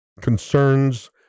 concerns